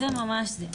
זה ממש זה.